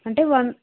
అంటే వన్